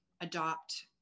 adopt